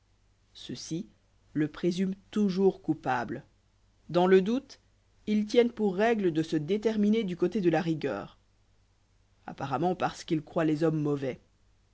ceux-ci le présument toujours coupable dans le doute ils tiennent pour règle de se déterminer du côté de la rigueur apparemment parce qu'ils croient les hommes mauvais